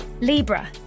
Libra